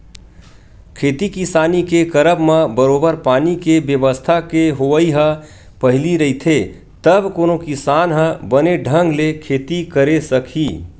खेती किसानी के करब म बरोबर पानी के बेवस्था के होवई ह पहिली रहिथे तब कोनो किसान ह बने ढंग ले खेती करे सकही